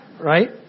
Right